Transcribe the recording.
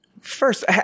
first